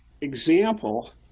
example